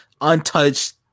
untouched